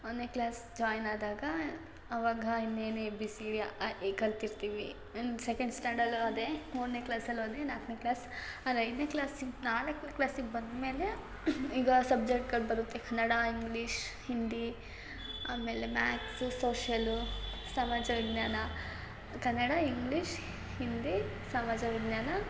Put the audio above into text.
ಒಂದನೇ class join ಆದಾಗ ಅವಾಗ ಇನ್ನೇನು ಎ ಬಿ ಸಿ ಅ ಆ ಇ ಕಲಿತಿರ್ತೀವಿ ಇನ್ನು ಸೆಕೆಂಡ್ ಸ್ಟ್ಯಾಂಡಲ್ಲು ಅದೇ ಮೂರನೇ ಕ್ಲಾಸಲ್ಲೂ ಅದೇ ನಾಲ್ಕನೇ ಕ್ಲಾಸ್ ಆರು ಐದನೇ ಕ್ಲಾಸಿಗೆ ನಾಲ್ಕನೇ ಕ್ಲಾಸಿಗೆ ಬಂದಮೇಲೆ ಈಗ ಸಬ್ಜೆಕ್ಟ್ಗಳು ಬರುತ್ತೆ ಕನ್ನಡ ಇಂಗ್ಲೀಷ್ ಹಿಂದಿ ಆಮೇಲೆ ಮ್ಯಾತ್ಸು ಸೋಷ್ಯಲ್ಲು ಸಮಾಜವಿಜ್ಞಾನ ಕನ್ನಡ ಇಂಗ್ಲೀಷ್ ಹಿಂದಿ ಸಮಾಜ ವಿಜ್ಞಾನ